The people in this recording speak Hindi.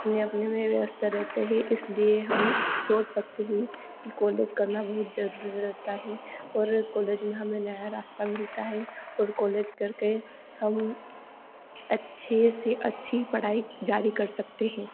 अपने अपने में व्यस्त रहते हैं इसलिए हम सोच सकते हैं कि कॉलेज करना बहुत जरूरी रहता है और कॉलेज में हमें नया रास्ता मिलता है और कॉलेज करके हम अच्छे से अच्छी पढ़ाई जारी कर सकते हैं